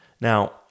Now